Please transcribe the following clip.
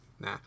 Nah